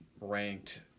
ranked